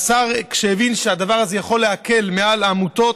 והשר, כשהבין שהדבר הזה יכול להקל על העמותות,